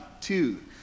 two